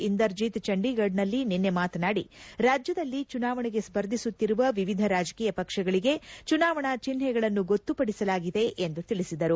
ಇಂದರ್ಜಿತ್ ಚಂಡೀಗಢ್ನಲ್ಲಿ ನಿನ್ನೆ ಮಾತನಾಡಿ ರಾಜ್ಯದಲ್ಲಿ ಚುನಾವಣೆಗೆ ಸ್ಪರ್ಧಿಸುತ್ತಿರುವ ವಿವಿಧ ರಾಜಕೀಯ ಪಕ್ಷಗಳಿಗೆ ಚುನಾವಣಾ ಚಿಹ್ನೆಗಳನ್ನು ಗೊತ್ತುಪಡಿಸಲಾಗಿದೆ ಎಂದು ತಿಳಿಸಿದರು